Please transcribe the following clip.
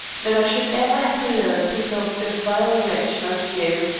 that i should ever have learned to love a vile wretch like you.